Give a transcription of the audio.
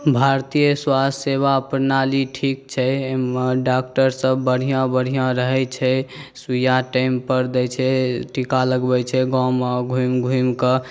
भारतीय स्वास्थ्य सेवा प्रणाली ठीक छै ओहिमे डाक्टरसब बढ़िऑं बढ़िऑं रहै छै सुइया टाइम पर दै छै टीकासब लगबै छै गाममे घुमि घुमिकऽ